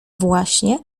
właśnie